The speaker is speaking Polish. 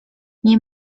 nie